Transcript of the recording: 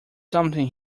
something